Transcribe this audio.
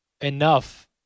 enough